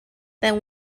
then